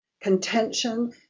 contention